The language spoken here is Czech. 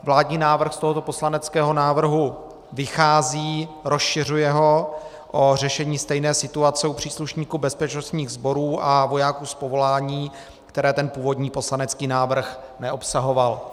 Vládní návrh z tohoto poslaneckého návrhu vychází, rozšiřuje ho o řešení stejné situace u příslušníků bezpečnostních sborů a vojáků z povolání, které ten původní poslanecký návrh neobsahoval.